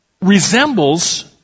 resembles